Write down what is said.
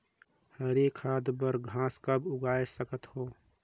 हरी खाद बर घास कब उगाय सकत हो?